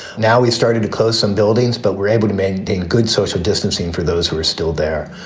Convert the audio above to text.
now, we started to close some buildings, but we're able to maintain good social distancing for those who are still there.